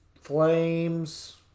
Flames